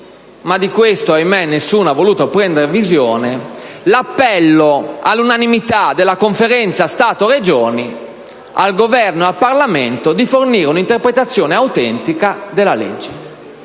ma di questo, ahimè, nessuno ha voluto prendere visione - l'appello all'unanimità delle posizioni di Conferenza Stato-Regioni, Governo e Parlamento al fine di fornire un'interpretazione autentica della legge.